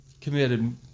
committed